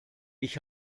ich